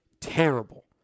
Terrible